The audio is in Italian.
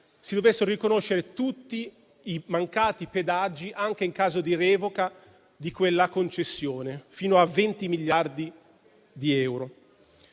si dovessero riconoscere tutti i mancati pedaggi, anche in caso di revoca della concessione, fino a 20 miliardi di euro.